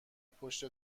پشت